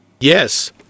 Yes